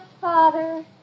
Father